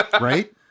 Right